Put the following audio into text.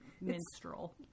minstrel